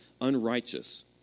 unrighteous